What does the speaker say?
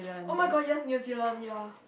oh-my-god yes New Zealand ya